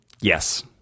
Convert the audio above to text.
Yes